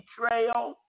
betrayal